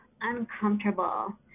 uncomfortable